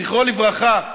זכרו לברכה: